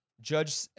Judge